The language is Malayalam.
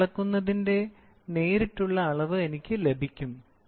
ഞാൻ അളക്കുന്നതിന്റെ നേരിട്ടുള്ള അളവ് എനിക്ക് ലഭിക്കും